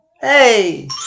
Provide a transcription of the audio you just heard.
Hey